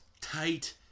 tight